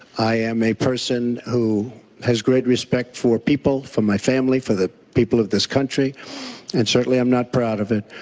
i am a person who has great respect for people, for my family, for the people of this country and certainly i am not proud of it,